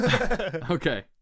Okay